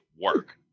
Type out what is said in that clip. work